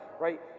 right